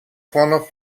gewonnen